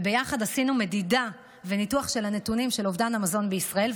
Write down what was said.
וביחד עשינו מדידה וניתוח של הנתונים של אובדן המזון בישראל.